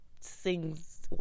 sings